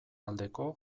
aldeko